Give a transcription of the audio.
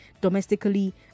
domestically